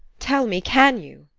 tell me, can you?